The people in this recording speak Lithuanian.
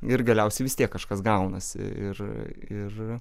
ir galiausiai vis tiek kažkas gaunasi ir ir